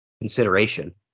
consideration